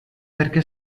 perché